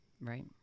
Right